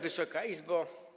Wysoka Izbo!